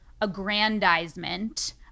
aggrandizement